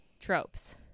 tropes